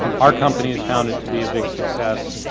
our company has found it to be a big success.